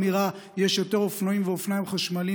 האמירה "יש יותר אופנועים ואופניים חשמליים